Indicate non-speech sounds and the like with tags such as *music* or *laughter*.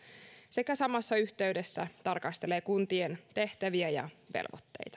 sekä samassa yhteydessä tarkastelee kuntien tehtäviä ja *unintelligible* *unintelligible* velvoitteita